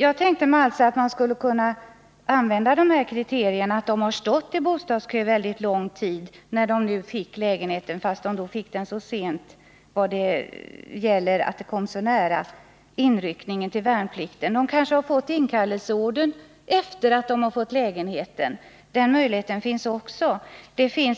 Jag tänkte alltså att man skulle kunna räkna med detta att de har stått i bostadskö en mycket lång tid innan de fick lägenheten. Inkallelseordern kom kanske efter det att de fått lägenheten. Det finns